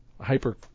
hyper